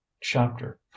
Chapter